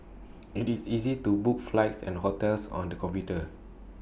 IT is easy to book flights and hotels on the computer